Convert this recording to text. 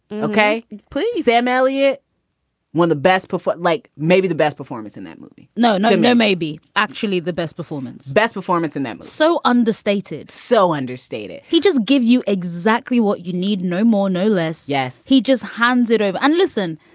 ok. please. m. elliot won the best two-foot. like maybe the best performance in that movie. no, no, no. maybe. actually, the best performance. best performance. and that's so understated. so understated he just gives you exactly what you need. no more. no less. yes. he just hands it over. and listen,